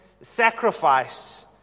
sacrifice